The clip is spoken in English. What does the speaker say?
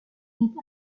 made